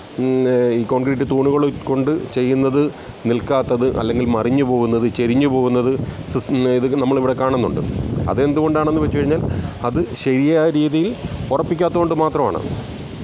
concrete തൂണുകൾ കൊണ്ട് ചെയ്യുന്നത് നിൽക്കാത്തത് അല്ലെങ്കിൽ മറിഞ്ഞുപോകുന്നത് ചെരിഞ്ഞുപോകുന്നത് സിസ് ഇത് നമ്മളിവിടെ കാണുന്നുണ്ട് അത് എന്തുകൊണ്ടാണെന്നുവെച്ചു കഴിഞ്ഞാൽ അത് ശരിയായ രീതിയിൽ ഉറപ്പിക്കാത്തതുക്കൊണ്ടു മാത്രമാണ്